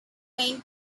main